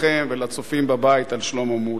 לכם ולצופים בבית, על שלמה מולה.